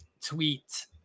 tweet